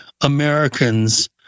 americans